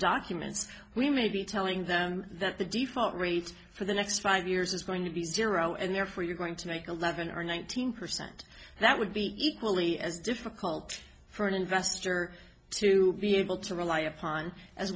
documents we may be telling them that the default rate for the next five years is going to be zero and therefore you're going to make a living or nineteen percent that would be equally as difficult for an investor to be able to rely upon as